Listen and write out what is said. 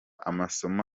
amasomo